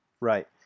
Right